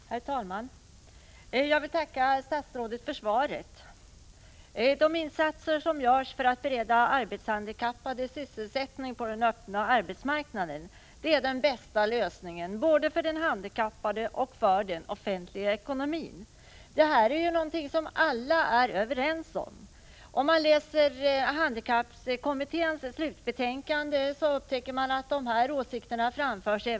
Herr talman! Jag vill tacka statsrådet för svaret. De insatser som görs för att bereda arbetshandikappade sysselsättning på den öppna arbetsmarknaden är den bästa lösningen, både för den handikappade och för den offentliga ekonomin. Detta är någonting som alla är överens om. Om man läser handikappkommitténs slutbetänkande, upptäcker man att de här åsikterna framförs där.